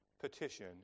petition